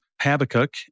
Habakkuk